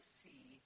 see